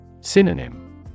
Synonym